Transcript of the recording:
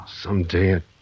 Someday